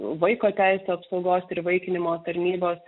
vaiko teisių apsaugos ir įvaikinimo tarnybos